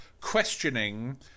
questioning